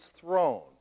throne